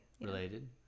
Related